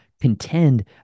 contend